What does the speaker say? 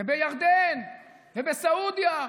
ובירדן ובסעודיה.